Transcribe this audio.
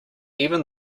even